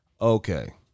okay